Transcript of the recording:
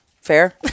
Fair